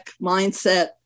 mindset